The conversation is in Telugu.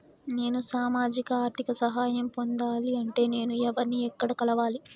నేను సామాజిక ఆర్థిక సహాయం పొందాలి అంటే నేను ఎవర్ని ఎక్కడ కలవాలి?